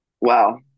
Wow